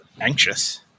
Anxious